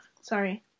Sorry